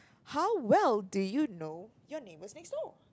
how well do you know your neighbours next door